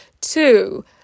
Two